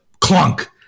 clunk